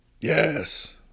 Yes